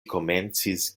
komencis